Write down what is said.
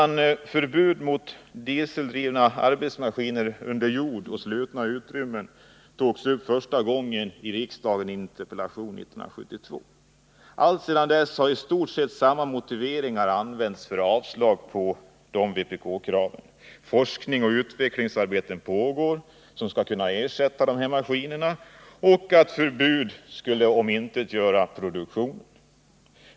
Frågan om förbud mot diseldrivna arbetsmaskiner under jord arbetsmiljöområoch i slutna utrymmen togs första gången upp i en interpellation 1972. det Alltsedan dess har i stort sett samma motivering använts för avslag på vpk-kraven; forskning och utvecklingsarbete pågår som kan leda till att dessa maskiner ersätts, och ett förbud skulle omintetgöra produktionen har man sagt.